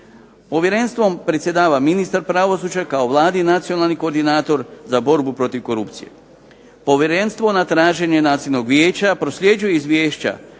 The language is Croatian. Povjerenstvom predsjedava ministar pravosuđa kao vladin nacionalni koordinator za borbu protiv korupcije. Povjerenstvo na traženje Nacionalnog vijeća prosljeđuje izvješća